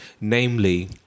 namely